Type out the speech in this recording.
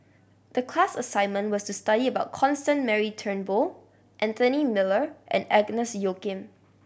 the class assignment was to study about Constance Mary Turnbull Anthony Miller and Agnes Joaquim